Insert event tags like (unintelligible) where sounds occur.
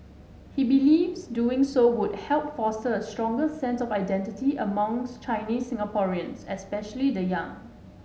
he believes doing so would help foster a stronger sense of identity among (unintelligible) Chinese Singaporeans especially the young